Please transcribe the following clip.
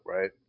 right